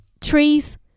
trees